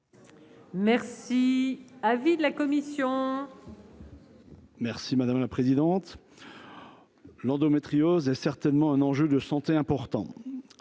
Si avis de la commission. Merci madame la présidente l'endométriose est certainement un enjeu de santé important